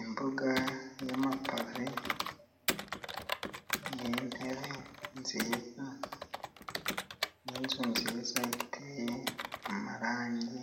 Imbuga y'amapave, n'itebe nziza, n'inzu nziza iteye amarangi,